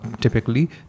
typically